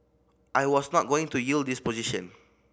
I was not going to yield this position